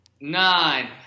nine